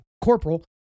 Corporal